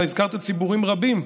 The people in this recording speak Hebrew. אתה הזכרת ציבורים רבים,